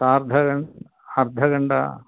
सार्ध घण्टा अर्धगण्टा